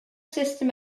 system